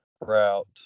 route